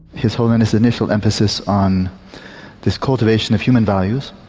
his holiness' initial emphasis on this cultivation of human values,